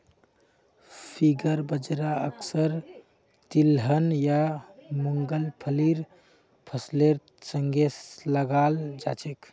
finger बाजरा अक्सर तिलहन या मुंगफलीर फसलेर संगे लगाल जाछेक